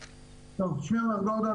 שמי עומר גורדון,